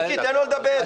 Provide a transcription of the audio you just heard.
מיקי, תן לו לדבר.